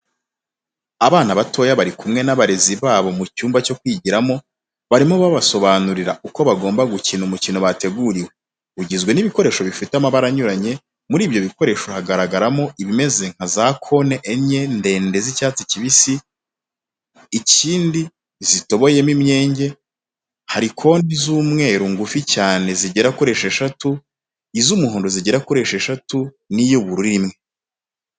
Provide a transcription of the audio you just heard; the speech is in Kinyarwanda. Abana batoya bari kumwe n'abarezi babo mu cyumba cyo kwigiramo, barimo barasobanurirwa uko bagomba gukina umukino bateguriwe, ugizwe n'ibikoresho bifite amabara anyuranye, muri ibyo bikoresho haragaragaramo ibimeze nka za kone enye ndende z'icyatsi kibisi, ikindi zitoboyemo imyenge, hari kone z'umweru ngufi cyane zigera kuri esheshatu, iz'umuhondo na zo esheshatu, iz'umuhondo esheshatu n'iy'ubururu imwe.